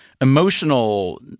emotional